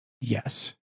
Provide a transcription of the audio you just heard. yes